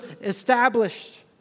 established